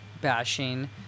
bashing